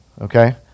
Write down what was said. Okay